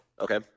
okay